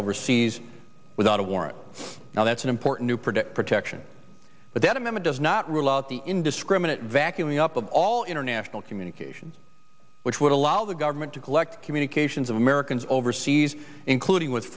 overseas without a warrant now that's important to predict protection but that a memo does not rule out the indiscriminate vacuuming up of all international communications which would allow the government to collect communications of americans overseas including with